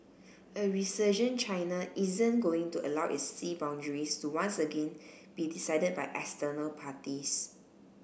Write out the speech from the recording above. a resurgent China isn't going to allow its sea boundaries to once again be decided by external parties